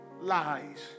lies